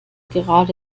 gerade